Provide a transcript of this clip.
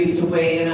weigh